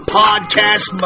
podcast